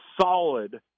solid